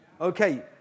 Okay